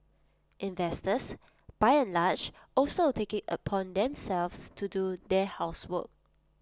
investors by and large also take IT upon themselves to do their housework